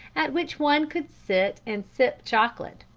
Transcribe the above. at which one could sit and sip chocolate,